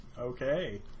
okay